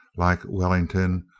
like wellington,